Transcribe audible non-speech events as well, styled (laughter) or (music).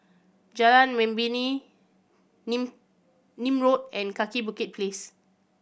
Jalan Membina (unintelligible) Nim Road and Kaki Bukit Place